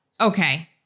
Okay